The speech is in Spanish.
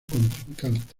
contrincante